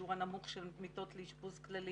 השיעור הנמוך של מיטות לאשפוז כללי,